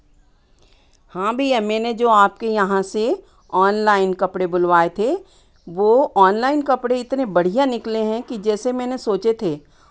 हाँ भैया मैने जो आपके यहाँ से ऑनलाइन कपड़े बुलवाए थे वो ऑनलाइन कपड़े इतने बढ़ियाँ निकले हैं कि जैसे मैंने सोचे थे